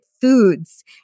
Foods